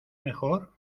mejor